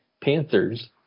Panthers